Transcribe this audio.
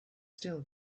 still